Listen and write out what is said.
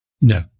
No